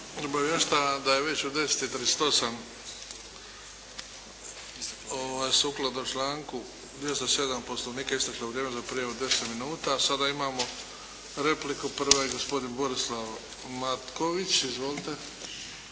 Luka (HDZ)** Hvala. U 10,28 sukladno članku 207. Poslovnika isteklo vrijeme za prijavu 10 minuta. Sada imamo repliku. Prva je gospodin Borislav Matković. Izvolite.